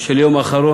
של יום אחרון,